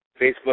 Facebook